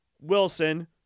Wilson